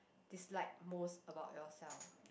dislike most about yourself